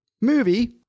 movie